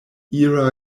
ira